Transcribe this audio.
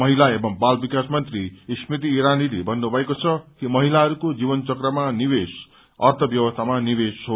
महिला एवं बाल विकास मन्त्री स्मृति ईरानीले भन्नु भएको छ कि महिलाहरूको जीवनचकमा निवेश अर्थब्यवस्थामा निवेश हो